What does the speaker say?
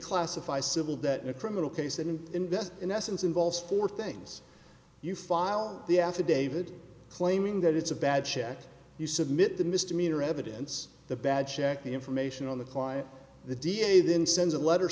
reclassify civil that in a criminal case they didn't invest in essence involves four things you file the affidavit claiming that it's a bad check you submit the misdemeanor evidence the bad check the information on the client the d a then sends a letter